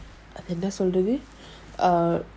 I can run steadily err